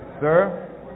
Sir